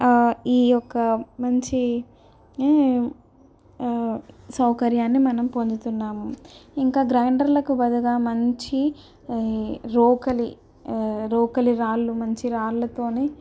ఈ యొక్క మంచి సౌకర్యాన్ని మనం పొందుతున్నాము ఇంకా గ్రైండర్లకు బదులుగా మంచి రోకలి రోకలి రాళ్ళు మంచి రాళ్ళతోని